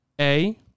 A-